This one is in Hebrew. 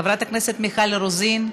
חברת הכנסת מיכל רוזין,